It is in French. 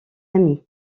ami